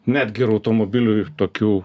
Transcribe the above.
netgi ir automobilių ir tokių